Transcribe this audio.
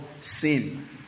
sin